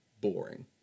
boring